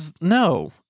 No